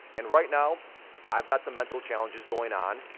and right now i've got some mental challenges going on,